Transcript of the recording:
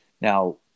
Now